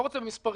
לא רוצה במספרים.